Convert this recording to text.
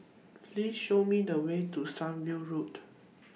Please Show Me The Way to Sunview Road